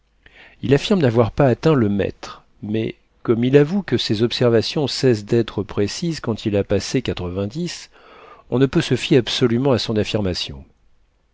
il affirme n'avoir pas atteint le mètre mais comme il avoue que ses observations cessent d'être précises quand il a passé quatre-vingt-dix on ne peut se fier absolument à son affirmation